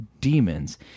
demons